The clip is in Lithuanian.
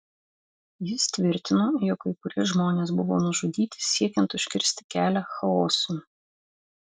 jis tvirtino jog kai kurie žmonės buvo nužudyti siekiant užkirsti kelią chaosui